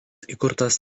įkurtas